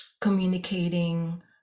communicating